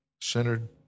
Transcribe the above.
centered